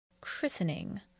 Christening